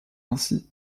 ainsi